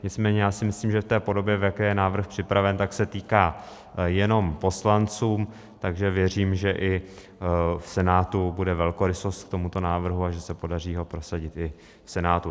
Nicméně já si myslím, že v podobě, v jaké je návrh připraven, se týká jenom poslanců, takže věřím, že i v Senátu bude velkorysost k tomuto návrhu a že se podaří ho prosadit i v Senátu.